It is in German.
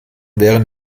während